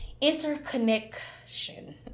interconnection